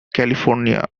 california